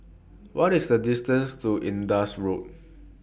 What IS The distance to Indus Road